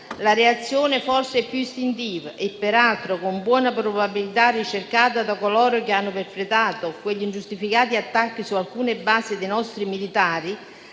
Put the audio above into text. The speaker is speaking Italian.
la reazione forse più istintiva e peraltro con buona probabilità ricercata da coloro che hanno perpetrato quegli ingiustificati attacchi su alcune basi dei nostri militari,